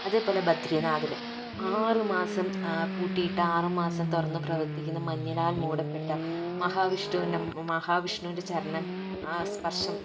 അതേപോലെ ബദ്രിനാഥിൽ ആറുമാസം പൂട്ടിയിട്ട് ആറുമാസം തുറന്നു പ്രവർത്തിക്കുന്ന മഞ്ഞിനാൽ മൂടപ്പെട്ട മഹാവിഷ്ണുവിനെ മഹാവിഷ്ണുവിൻ്റെ ചരണം ആ സ്പർശം